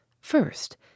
first